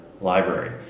library